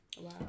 Wow